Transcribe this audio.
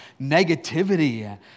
negativity